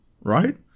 right